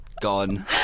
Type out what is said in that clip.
gone